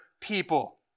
people